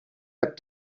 app